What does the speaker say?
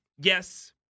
yes